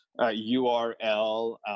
URL